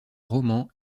romans